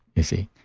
you see?